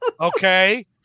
Okay